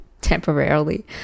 temporarily